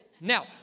Now